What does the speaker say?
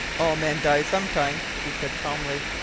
all men die some time, he said calmly.